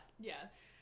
Yes